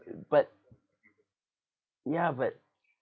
but ya but